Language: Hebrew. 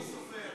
מי סופר.